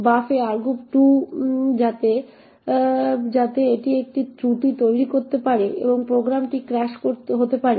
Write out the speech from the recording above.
buf এ argv2 যাতে এটি একটি ত্রুটি তৈরি করতে পারে এবং প্রোগ্রামটি ক্র্যাশ হতে পারে